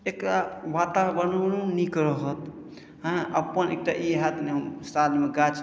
एकरा वातावरणो नीक रहत हँ अपन एकटा ई हैत ने सालमे गाछ